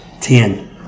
Ten